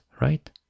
right